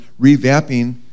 revamping